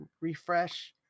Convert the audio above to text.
refresh